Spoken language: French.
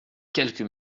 quelques